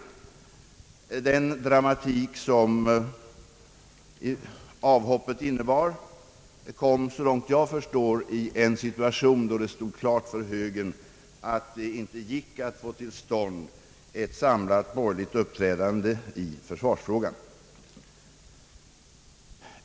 Den dramatik som avhoppet innebar kom såvitt jag förstår 1 en situation, då det stod klart för högern att det inte gick att få till stånd ett samlat borgerligt uppträdande i försvarsfrågan.